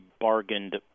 bargained